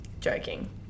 Joking